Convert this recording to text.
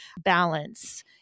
balance